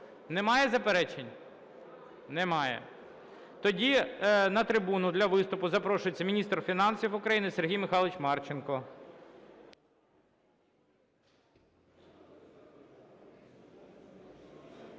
Немає заперечень? Немає. Тоді на трибуну для виступу запрошується міністр фінансів України Сергій Михайлович Марченко.